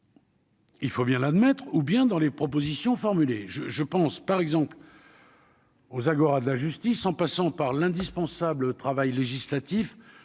Il faut bien l'admettre, ou bien dans les propositions formulées je, je pense par exemple. Aux Zagora de la justice, en passant par l'indispensable travail législatif